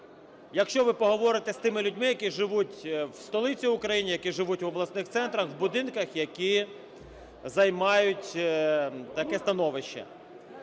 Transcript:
якщо ви поговорите з тими людьми, які живуть в столиці України, які живуть в обласних центрах в будинках, які займають таке становище.